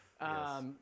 Yes